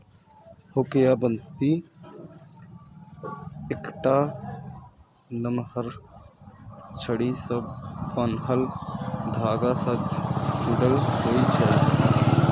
hook या बंसी एकटा नमहर छड़ी सं बान्हल धागा सं जुड़ल होइ छै